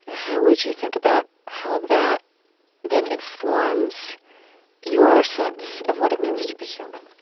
how would you think about how that then informs your sense of what it means to be human?